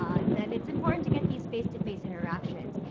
um then it's important to get these face to face interactions.